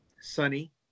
sunny